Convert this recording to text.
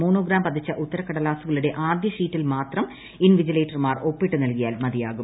monogram പതിച്ച ഉത്തരക്കടലാസുകളുടെ ആദ്യ ഷീറ്റിൽ മാത്രം ഇൻവിജിലേറ്റർമാർ ഒപ്പിട്ട് നൽകിയാൽ മതിയാകും